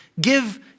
give